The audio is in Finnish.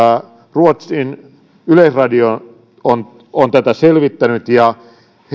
ruotsin yleisradio on on tätä selvittänyt ja